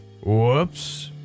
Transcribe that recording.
whoops